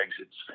exits